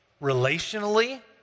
relationally